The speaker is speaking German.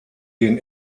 den